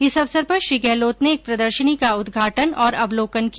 इस अवसर पर श्री गहलोत ने एक प्रदर्शनी का उद्घाटन और अवलोकन किया